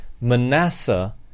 Manasseh